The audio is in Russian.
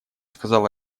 сказал